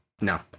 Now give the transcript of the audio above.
no